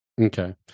Okay